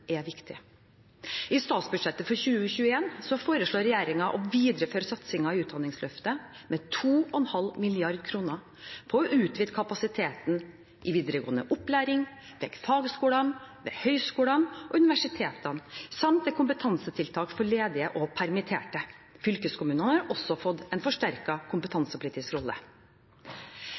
er viktig. I statsbudsjettet for 2021 foreslår regjeringen å videreføre satsingen i utdanningsløftet med 2,5 mrd. kr for å utvide kapasiteten i videregående opplæring, ved fagskoler, høyskoler og universiteter samt på kompetansetiltak for ledige og permitterte. Fylkeskommunene har også fått en forsterket kompetansepolitisk rolle.